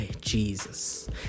Jesus